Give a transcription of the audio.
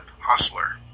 hustler